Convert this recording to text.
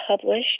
published